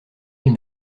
elle